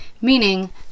meaning